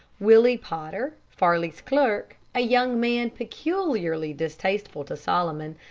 willie potter, farley's clerk, a young man peculiarly distasteful to solomon,